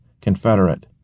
Confederate